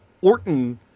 Orton